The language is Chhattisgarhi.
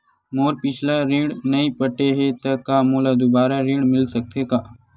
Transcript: मोर पिछला ऋण नइ पटे हे त का मोला दुबारा ऋण मिल सकथे का?